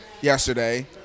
yesterday